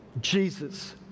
Jesus